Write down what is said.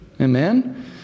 Amen